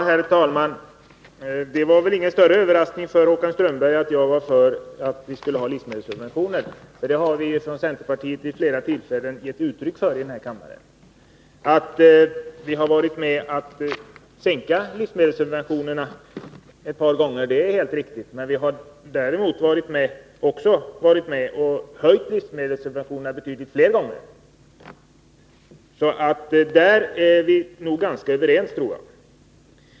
Herr talman! Det var väl ingen större överraskning för Håkan Strömberg att jag är för livsmedelsubventioner. Vi har från centerpartiet vid flera tillfällen i denna kammare gett uttryck för att vi skall ha livsmedelsubventioner. Det är helt riktigt att vi har varit med om att sänka livsmedelssubventionerna ett par gånger, men vi har varit med om att höja dem betydligt fler gånger. Så på den punkten är vi nog ganska överens.